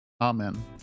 Amen